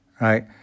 right